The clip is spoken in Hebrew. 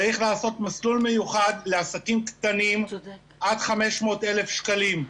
צריך לעשות מסלול מיוחד לעסקים קטנים עד 500 אלף שקלים,